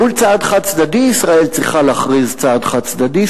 מול צעד חד-צדדי ישראל צריכה להכריז צעד חד-צדדי,